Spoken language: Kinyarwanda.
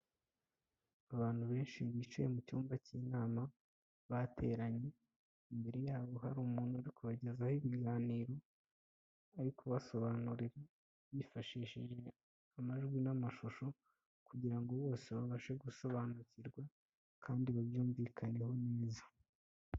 Abantu benshi bicaye mucyumba cy'inama bateranye, imbere yabo hari umuntu uri kubagezaho ibiganiro ari kubasobanurira bifashishije amajwi n'amashusho, kugira bose babashe gusobanukirwa kandi babyumvikaneho neza.